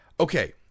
Okay